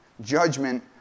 judgment